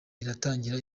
iratangira